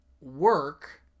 work